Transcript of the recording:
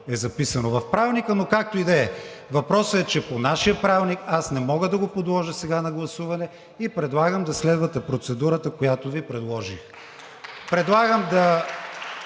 е записано в Правилника, но, както и да е. Въпросът е, че по нашия Правилник аз не мога да го подложа сега на гласуване и предлагам да следвате процедурата, която ви предложих. (Ръкопляскания